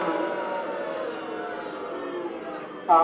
હં હાં